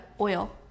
oil